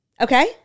okay